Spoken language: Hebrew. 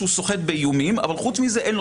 שהוא סוחט באיומים אבל חוץ מזה אין לו